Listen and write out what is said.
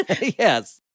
Yes